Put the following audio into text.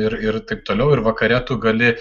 ir ir taip toliau ir vakare tu gali